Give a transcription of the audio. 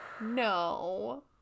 no